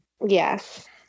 yes